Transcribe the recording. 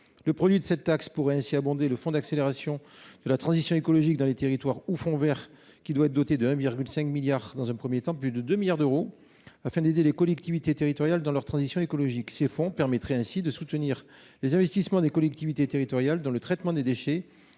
Le produit de cette taxe pourrait ainsi abonder le fonds d’accélération de la transition écologique dans les territoires, ou fonds vert, qui doit être doté de 1,5 milliard d’euros dans un premier temps, et de 2 milliards d’euros dans un second temps, afin d’aider les collectivités territoriales dans leur transition écologique. Cela permettrait de soutenir les investissements des collectivités territoriales dans la collecte et le traitement des déchets,